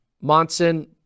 Monson